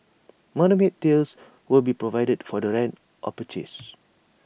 tails will be provided for the rent or purchase